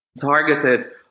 targeted